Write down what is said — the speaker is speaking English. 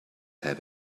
have